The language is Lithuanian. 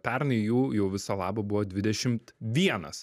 pernai jų jau viso labo buvo dvidešimt vienas